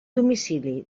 domicili